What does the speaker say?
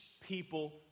people